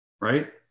Right